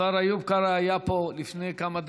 השר איוב קרא היה פה לפני כמה דקות.